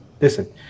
Listen